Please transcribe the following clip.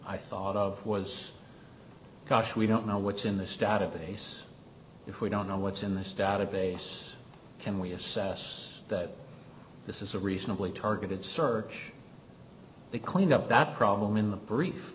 i thought of was gosh we don't know what's in this database if we don't know what's in this database can we assess that this is a reasonably targeted search the cleanup that problem in the brief